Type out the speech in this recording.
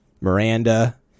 Miranda